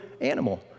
animal